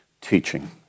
teaching